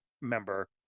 member